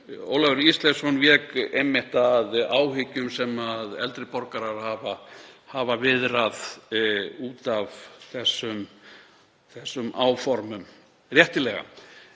Ólafur Ísleifsson vék einmitt að áhyggjum sem eldri borgarar hafa viðrað út af þessum áformum, réttilega.